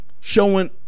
Showing